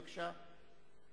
בבקשה,